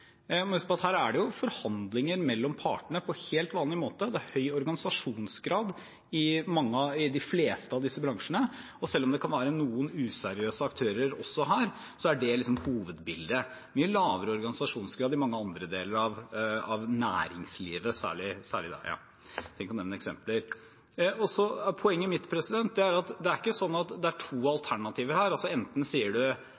huske på at her er det forhandlinger mellom partene på helt vanlig måte. Det er høy organisasjonsgrad i de fleste av disse bransjene, og selv om det kan være noen useriøse aktører også her, er det hovedbildet. Det er mye lavere organisasjonsgrad i mange andre deler av næringslivet – jeg trenger ikke å nevne eksempler. Poenget mitt er at det ikke er slik at det er to alternativer her, at